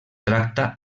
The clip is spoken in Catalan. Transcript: tracta